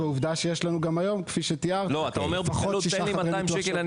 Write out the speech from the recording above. ועובדה שיש לנו גם היום כפי שתיארת לפחות שישה חדרים.